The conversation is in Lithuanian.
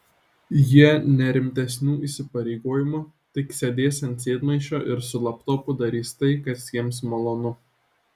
jie ne rimtesnių įsipareigojimų tik sėdės ant sėdmaišio ir su laptopu darys tai kas jiems malonu